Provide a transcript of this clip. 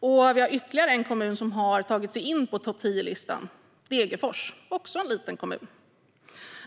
Vi har ytterligare en kommun som har tagit sig in på topp tio-listan - Degerfors, som också är en liten kommun.